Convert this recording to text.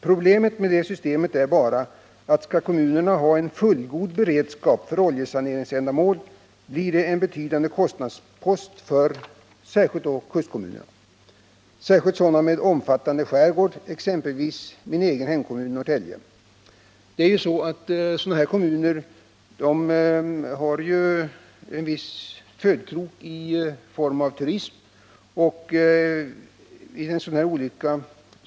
Problemet med det systemet är bara att om kommunerna skall ha en fullgod beredskap för oljesaneringsändamål, blir det en betydande kostnadspost för kustkommunerna, särskilt sådana med omfattande skärgård, exempelvis min egen hemkommun Norrtälje. Sådana kommuner har i viss mån turism som födkrok.